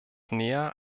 näher